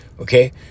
okay